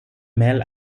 mel